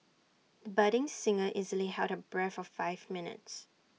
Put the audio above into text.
the budding singer easily held her breath for five minutes